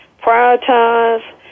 prioritize